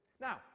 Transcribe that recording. Now